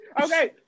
okay